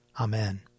Amen